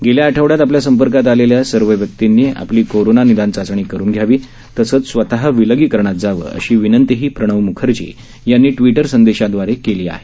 गेल्या आठवड्यात आपल्या संपर्कात आलेल्या सर्व व्यक्तींनी आपली कोरोना निदान चाचणी करून घ्यावी तसंच त्यांनी स्वयं विलगीकरणात जावं अशी विनंती प्रणव मुखर्जी यांनी आपल्या ट्विटर संदेशात केली आहे